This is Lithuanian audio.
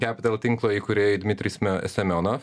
capital tinklo įkūrėjui dmitrij sme semionov